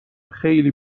خیلی